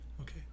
Okay